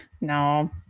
No